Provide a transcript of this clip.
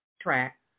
track